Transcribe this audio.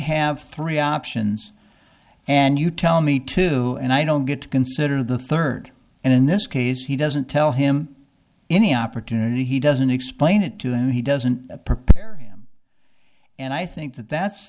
have three options and you tell me to do and i don't get to consider the third and in this case he doesn't tell him any opportunity he doesn't explain it to him he doesn't prepare and i think that that's